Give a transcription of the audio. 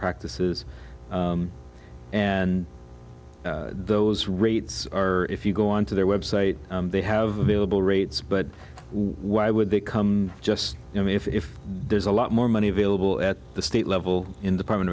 practices and those rates are if you go on to their website they have available rates but why would they come just you know if there's a lot more money available at the state level in department